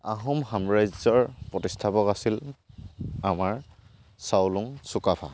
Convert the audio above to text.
আহোম সাম্ৰাজ্যৰ প্ৰতিস্থাপক আছিল আমাৰ চাওলুং চুকাফা